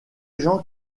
gens